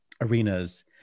arenas